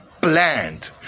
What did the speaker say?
bland